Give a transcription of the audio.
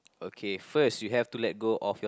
okay first you have to let go of your